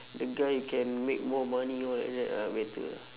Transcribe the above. the guy who can make more money all like that ah better ah